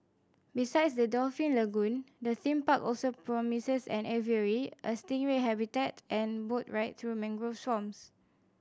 besides the dolphin lagoon the theme park also promises an aviary a stingray habitat and boat ride through mangrove swamps